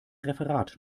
referat